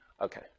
Okay